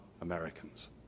Americans